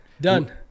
done